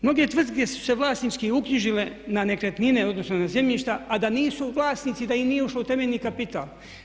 Mnoge tvrtke su se vlasnički uknjižile na nekretnine odnosno na zemljišta a da nisu vlasnici, da im nije ušlo u temeljni kapital.